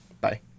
Bye